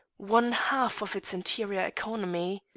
one-half of its interior economy.